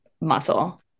muscle